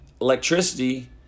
electricity